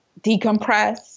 decompress